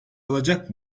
alacak